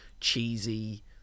cheesy